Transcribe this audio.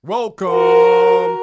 Welcome